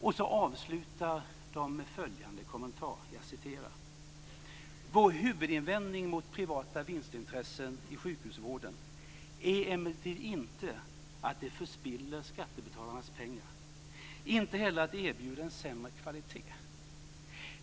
Och man avslutar med följande kommentar: "Vår huvudinvändning mot privat vinstintresse i sjukhusvården är emellertid inte att det förspiller skattebetalarnas pengar, inte heller att det erbjuder en sämre kvalitet.